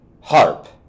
HARP